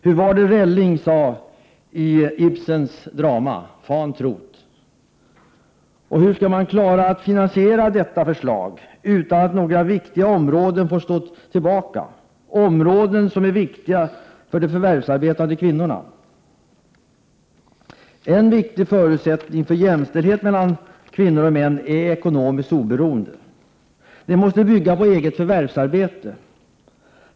Hur var det Relling sade i Ibsens drama? ”Fan tro't.” Hur skall man klara att finansiera detta förslag utan att några viktiga områden får stå tillbaka, områden som är viktiga för de förvärvsarbetande kvinnorna? En viktig förutsättning för jämställdhet mellan kvinnor och män är ekonomiskt oberoende. Det måste bygga på eget förvärvsarbete.